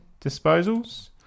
disposals